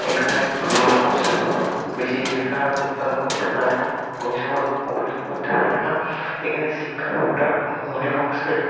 এখানে মানুষ বেশি জীবিকার উৎপাদন করতে পারে না পয়সা উপার্জন করতে পারে না এখানে শিক্ষারও একটা অনেক অংশের